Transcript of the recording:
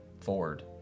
Ford